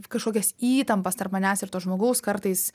kažkokias įtampas tarp manęs ir to žmogaus kartais